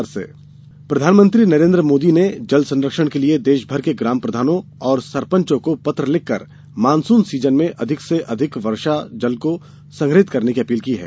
Modi appeal प्रधानमंत्री नरेन्द्र मोदी ने जल संरक्षण के लिए देशभर के ग्राम प्रधानों और सरपंचों को पत्र लिखकर मानसून सीजन में अधिक से अधिक वर्षा जल को संग्रहित करने की अपील की है